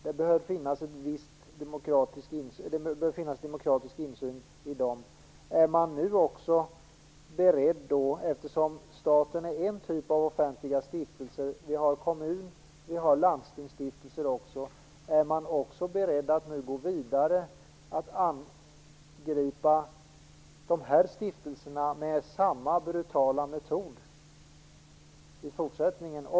Det bör finnas demokratisk insyn i dem. De statliga stiftelserna är ju bara en typ av offentliga stiftelser - vi har även kommun och landstingsstiftelser. Är man nu också beredd att gå vidare och angripa de stiftelserna med samma brutala metod?